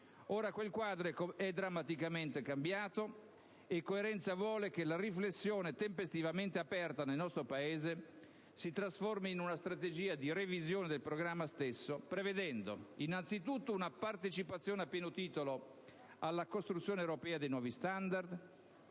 Ora quel quadro è drammaticamente cambiato, e coerenza vuole che la riflessione tempestivamente aperta nel nostro Paese si tramuti in una strategia di revisione del programma stesso prevedendo: innanzitutto, una partecipazione a pieno titolo alla costruzione europea dei nuovi *standard*;